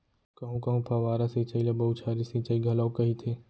कहूँ कहूँ फव्वारा सिंचई ल बउछारी सिंचई घलोक कहिथे